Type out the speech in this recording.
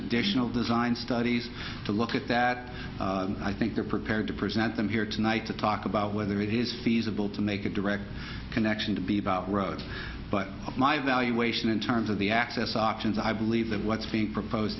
additional design studies to look at that i think they're prepared to present them here tonight to talk about whether it is feasible to make a direct connection to be about road but my evaluation in terms of the access options i believe that what's being proposed